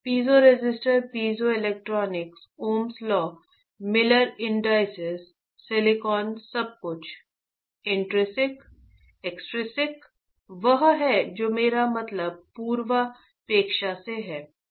piezo resistor piezoelectric ohms वह है जो मेरा मतलब पूर्वापेक्षा से है